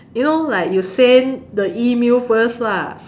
you know like you send the email first lah